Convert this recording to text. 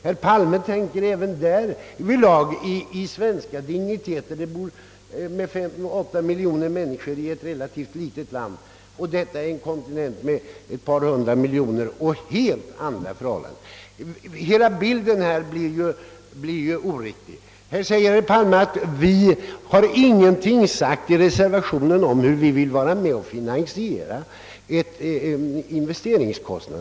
Herr Palme utgår därvidlag från svenska digniteter, d. v. s. åtta miljoner människor i ett relativt litet land, men Amerika är en kontinent med ett par hundra miljoner människor och har helt andra förhållanden. Hela bilden blir därför oriktig. Herr Palme framhåller, att vi i reservationen ingenting har nämnt om hur vi vill vara med om att finansiera kostnaderna för ett utbyggt TV-nät.